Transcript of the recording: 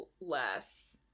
less